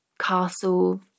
castle